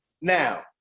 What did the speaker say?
now